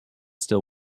still